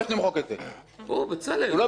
הוא לא ביקש.